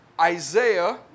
Isaiah